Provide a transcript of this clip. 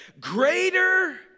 greater